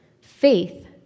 Faith